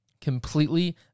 completely